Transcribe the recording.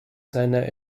seiner